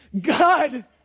God